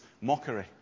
mockery